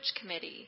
Committee